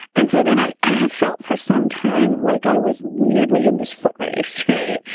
and so then i i have felt for some time like i was weirdly in this foot race, right?